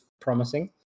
promising